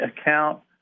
account